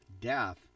death